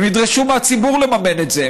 הם ידרשו מהציבור לממן את זה,